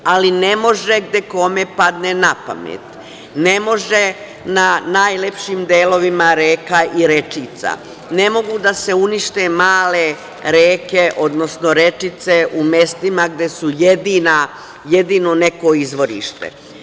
Ali, ne može gde kome padne napamet, ne može da najlepšim delovima reka i rečica, ne mogu da se unište male reke, odnosno rečice u mestima gde su jedino neko izvorište.